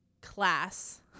class